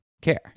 care